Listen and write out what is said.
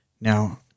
now